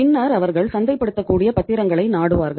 பின்னர் அவர்கள் சந்தைப்படுத்தக்கூடிய பத்திரங்களை நாடுவார்கள்